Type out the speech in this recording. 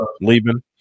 leaving